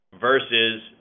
versus